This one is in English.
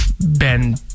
Ben